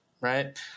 right